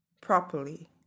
properly